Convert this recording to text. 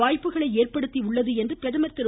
வாய்ப்புகளை ஏற்படுத்தி உள்ளது என்று பிரதமர் திரு